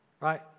Right